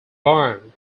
barn